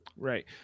Right